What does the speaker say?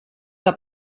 que